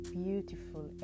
beautiful